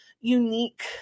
unique